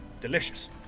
Delicious